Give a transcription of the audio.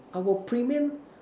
our premium